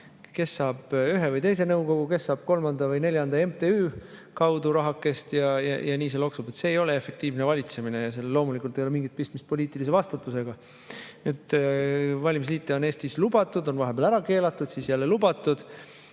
kes saab ühe või teise nõukogu või kolmanda või neljanda MTÜ kaudu rahakest. Nii see loksub. See ei ole efektiivne valitsemine ja loomulikult ei ole sel mingit pistmist poliitilise vastutusega. Valimisliite on Eestis vahepeal lubatud, neid on vahepeal ära keelatud ja siis jälle lubatud.